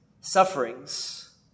sufferings